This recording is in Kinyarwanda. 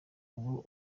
ubu